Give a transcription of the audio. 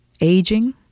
Aging